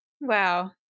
Wow